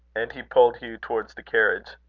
and he pulled hugh towards the carriage.